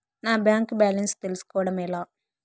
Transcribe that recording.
నా bank balance తెలుస్కోవడం ఎలా?